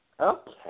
Okay